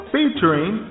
Featuring